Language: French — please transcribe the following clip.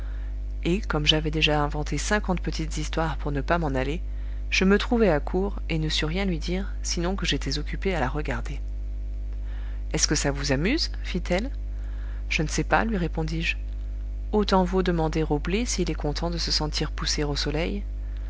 et comme j'avais déjà inventé cinquante petites histoires pour ne pas m'en aller je me trouvai à court et ne sus rien lui dire sinon que j'étais occupé à la regarder est-ce que ça vous amuse fit-elle je ne sais pas lui répondis-je autant vaut demander au blé s'il est content de se sentir pousser au soleil